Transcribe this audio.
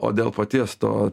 o dėl paties to